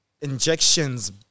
injections